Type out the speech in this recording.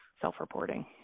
self-reporting